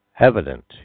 evident